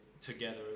together